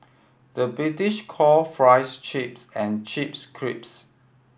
the British call fries chips and chips crisps